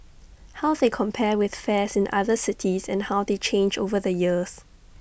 how they compare with fares in other cities and how they change over the years